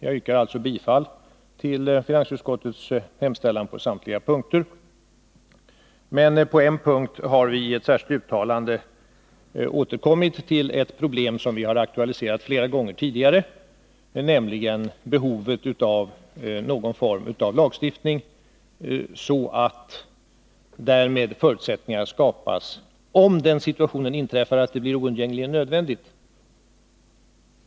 Jag yrkar alltså bifall till finansutskottets hemställan på samtliga punkter. Men på en punkt har vi i ett särskilt uttalande återkommit till ett problem som vi har aktualiserat flera gånger tidigare. Vi menar att det finns behov av någon form av lagstiftning, så att därmed lagliga förutsättningar skapas att ingripa mot kommunernas skattehöjningar, om den situationen inträffar att det blir oundgängligen nödvändigt.